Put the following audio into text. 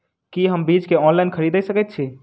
की हम बीज केँ ऑनलाइन खरीदै सकैत छी?